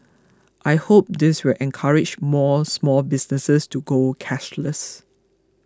I hope this will encourage more small businesses to go cashless